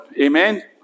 Amen